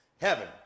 heaven